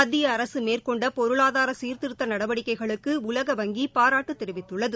மத்திய அரக மேற்கொண்ட பொருளாதார சீர்திருத்த நடவடிக்கைகளுக்கு உலக வங்கி பாராட்டுத் தெரிவித்துள்ளது